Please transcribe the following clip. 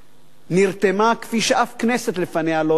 נרתמה כפי שאף כנסת לפניה לא נרתמה